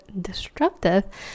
disruptive